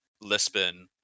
Lisbon